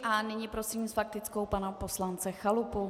A nyní prosím s faktickou pana poslance Chalupu.